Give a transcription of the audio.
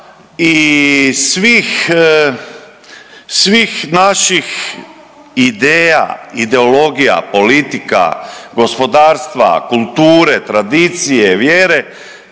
svih naših ideja, ideologija, politika, gospodarstva, kulture, tradicije, vjere,